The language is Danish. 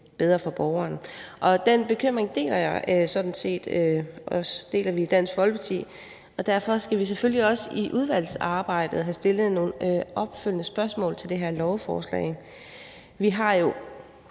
bedre for borgeren. Den bekymring deler vi sådan set også i Dansk Folkeparti, og derfor skal vi selvfølgelig også i udvalgsarbejdet havde stillet nogle opfølgende spørgsmål til det her lovforslag. Vi har jo